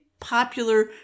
popular